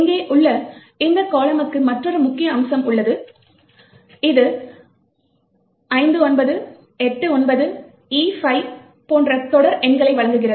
இங்கே உள்ள இந்த கால்லமுக்கு மற்றொரு முக்கியமான அம்சம் உள்ளது இது 59 89 E5 போன்ற தொடர் எண்களை வழங்குகிறது